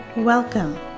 Welcome